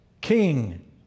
king